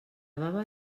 baba